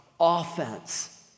Offense